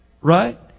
Right